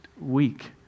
week